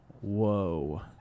whoa